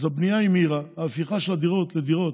אז הבנייה היא מהירה, ההפיכה של הבניין לדירות